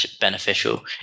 beneficial